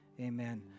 amen